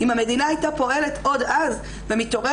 אם המדינה הייתה פועלת עוד אז ומתעוררת